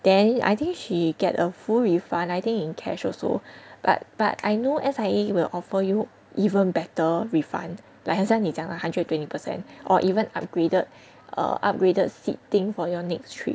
then I think she get a full refund I think in cash also but but I know S_I_A will offer you even better refund like 很像你讲的 one hundred twenty percent or even upgraded err upgraded seating for your next trip